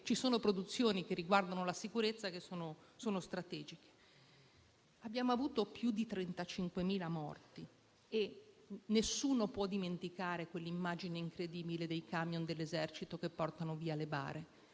ci sono produzioni che riguardano la sicurezza che sono strategiche. Abbiamo avuto più di 35.000 morti e nessuno può dimenticare quell'immagine incredibile dei camion dell'Esercito che portano via le bare.